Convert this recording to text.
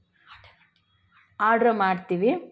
order ಮಾಡ್ತೀವಿ